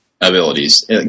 abilities